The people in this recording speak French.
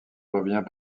revient